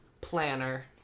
Planner